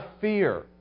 fear